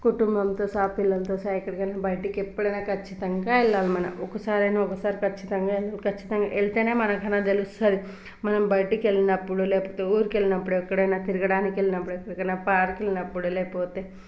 కుటుంబంతో సహా పిల్లలతో సహా ఎక్కడికైనా బయటికి ఎప్పుడైనా ఖచ్చితంగా వెళ్ళాలి మన ఒకసారైనా ఒకసారి ఖచ్చితంగా వెళ్ళాలి ఖచ్చితంగా వెళ్తేనే మనకన్నా తెలుస్తుంది మనం బయటకెళ్ళినప్పుడు లేకపోతే ఊరికెళ్ళినప్పుడు ఎక్కడైనా తిరగడానికెళ్ళినప్పుడు ఇలా పార్క్కెళ్ళినప్పుడు లేకపోతే